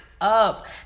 up